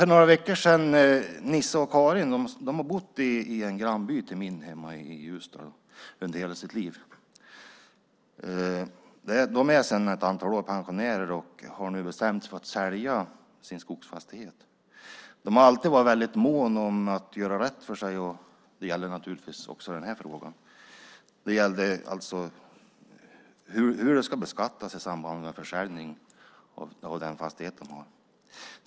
För några veckor sedan träffade jag Nisse och Karin. Hela sitt liv har de bott i en grannby till min by hemma i Ljusdal och är sedan ett antal år pensionärer. Nu har de bestämt sig för att sälja sin skogsfastighet. De har alltid varit väldigt måna om att göra rätt för sig, naturligtvis också i den här frågan. Det gäller då hur det ska beskattas i samband med en försäljning av den fastighet de har.